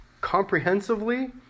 comprehensively